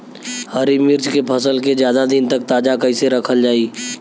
हरि मिर्च के फसल के ज्यादा दिन तक ताजा कइसे रखल जाई?